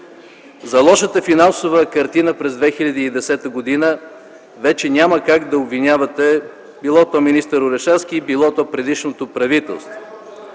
„За лошата финансова картина през 2010 г. вече няма как да обвинявате било министър Орешарски, било предишното правителство.